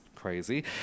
crazy